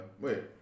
Wait